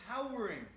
empowering